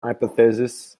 hypothesis